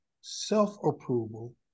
self-approval